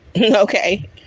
okay